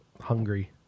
Hungry